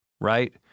right